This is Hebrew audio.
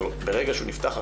אבל ברגע שהוא נפתח,